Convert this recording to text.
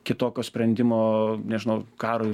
kitokio sprendimo nežinau karui